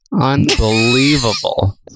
Unbelievable